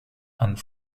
and